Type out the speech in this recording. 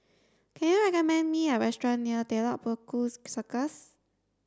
can you recommend me a restaurant near Telok Paku Circus